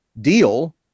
deal